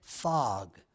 Fog